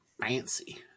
fancy